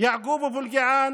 יעקוב אבו אלקיעאן,